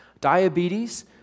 diabetes